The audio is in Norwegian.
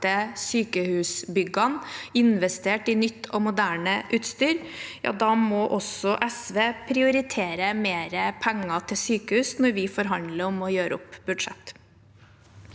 sykehusbyggene og investere i nytt og moderne utstyr, da må også SV prioritere mer penger til sykehus når vi forhandler om å gjøre opp budsjett.